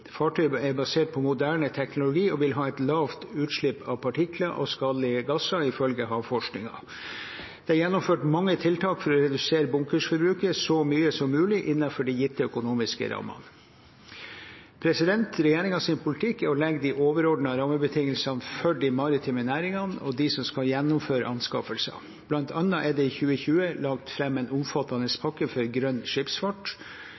er basert på moderne teknologi og vil ha et lavt utslipp av partikler og skadelige gasser, ifølge Havforskningsinstituttet. Det er gjennomført mange tiltak for å redusere bunkersforbruket så mye som mulig innenfor de gitte økonomiske rammene. Regjeringens politikk er å legge de overordnede rammebetingelsene for de maritime næringene og for dem som skal gjennomføre anskaffelser. Blant annet er det i 2020 lagt fram en omfattende pakke for grønn skipsfart.